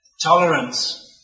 tolerance